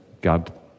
God